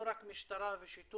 לא רק משטרה ושיטור.